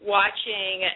watching